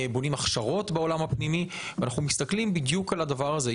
בונים הכשרות בעולם הפנימאי ואנחנו מסתכלים בדיוק על הדבר הזה.